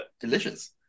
Delicious